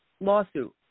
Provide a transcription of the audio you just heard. lawsuit